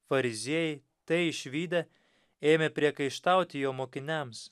fariziejai tai išvydę ėmė priekaištauti jo mokiniams